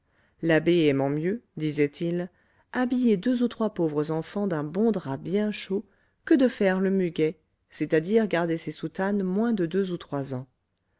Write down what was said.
l'abbé aimant mieux disait-il habiller deux ou trois pauvres enfants d'un bon drap bien chaud que de faire le muguet c'est-à-dire garder ses soutanes moins de deux ou trois ans